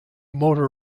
motor